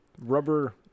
rubber